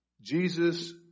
Jesus